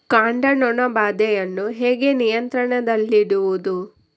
ಕಾಂಡ ನೊಣ ಬಾಧೆಯನ್ನು ಹೇಗೆ ನಿಯಂತ್ರಣದಲ್ಲಿಡುವುದು?